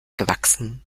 gewachsen